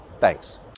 Thanks